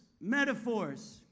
metaphors